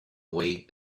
way